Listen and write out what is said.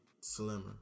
slimmer